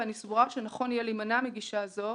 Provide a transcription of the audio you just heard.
אני סבורה שנכון יהיה להימנע מגישה זו,